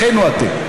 אחינו אתם.